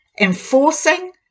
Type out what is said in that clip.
Enforcing